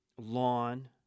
lawn